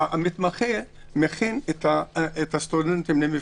המתמחה מכין את הסטודנטים למבחן.